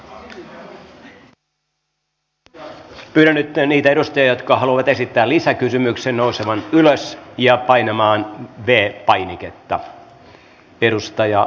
pyydän nyt niitä edustajia jotka haluavat esittää lisäkysymyksen nousemaan ylös ja painamaan v painiketta